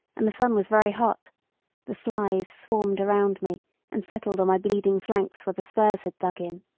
and the sun was very hot the flies swarmed round me and settled on my bleeding flanks where the spurs had dug in.